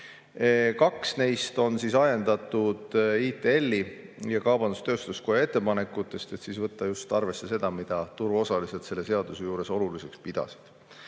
Kaks neist on ajendatud ITL‑i ja kaubandus-tööstuskoja ettepanekutest võtta arvesse seda, mida turuosalised selle seaduse juures oluliseks pidasid.